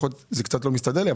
זה קצת לא מסתדר לי,